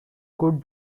good